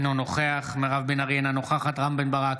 אינו נוכח מירב בן ארי, אינה נוכחת רם בן ברק,